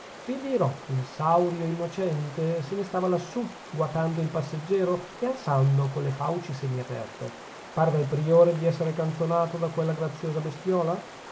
vi dirò che il saurio innocente se ne stava lassù guatando il passeggero e ansando con le fauci semiaperte parve al priore di essere canzonato da quella graziosa bestiuola